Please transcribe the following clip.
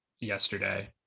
yesterday